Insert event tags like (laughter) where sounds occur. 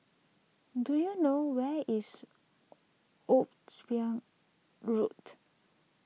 do you know where is (unintelligible) Road